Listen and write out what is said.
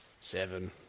Seven